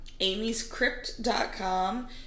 amyscrypt.com